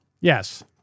yes